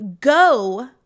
Go